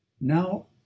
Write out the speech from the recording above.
now